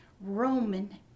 Roman